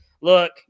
look